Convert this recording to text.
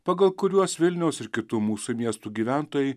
pagal kuriuos vilniaus ir kitų mūsų miestų gyventojai